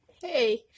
Hey